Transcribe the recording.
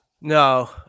no